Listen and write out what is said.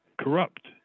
corrupt